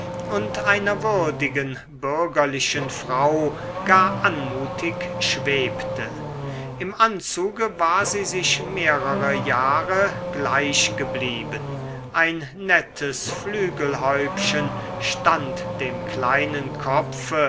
und einer würdigen bürgerlichen frau gar anmutig schwebte im anzuge war sie sich mehrere jahre gleich geblieben ein nettes flügelhäubchen stand dem kleinen kopfe